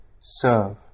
serve